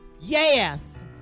Yes